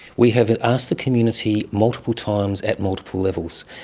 we have asked the community multiple times at multiple levels.